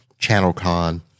ChannelCon